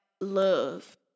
love